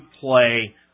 play